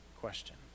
question